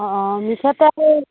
অঁ অঁ মিঠাতেল